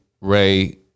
Ray